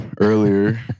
earlier